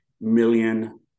million